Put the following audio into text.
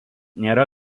nėra